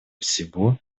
всего